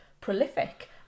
prolific